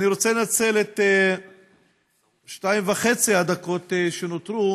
אני רוצה לנצל את שתיים וחצי הדקות שנותרו